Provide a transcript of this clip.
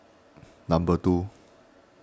number two